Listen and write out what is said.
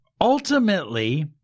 ultimately